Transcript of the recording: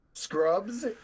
Scrubs